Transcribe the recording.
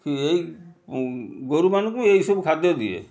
ଏଇ ଗୋରୁମାନଙ୍କୁ ଏଇସବୁ ଖାଦ୍ୟ ଦିଏ